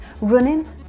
Running